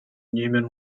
newman